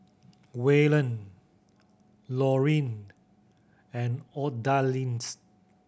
Waylon Lorin and Odalys